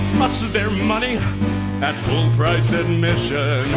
their money at full price admission